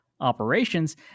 operations